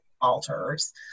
altars